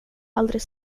aldrig